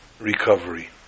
recovery